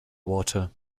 water